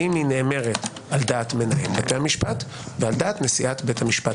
נאמרת על דעת מנהל בתי המשפט ועל דעת נשיאת בית המשפט